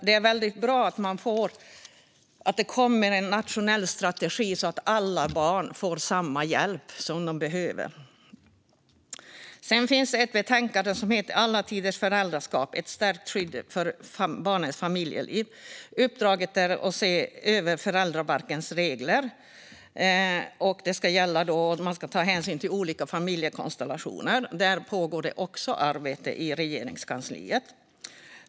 Det är väldigt bra att det kommer en nationell strategi så att alla barn får samma hjälp och den hjälp de behöver. Det finns också ett betänkande som heter Alla tiders föräldraskap - ett stärkt skydd för barns familjeliv . Uppdraget var att se över föräldrabalkens regler och ta hänsyn till olika familjekonstellationer. Även med detta pågår arbete i Regeringskansliet.